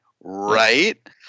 right